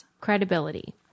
credibility